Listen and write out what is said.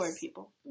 people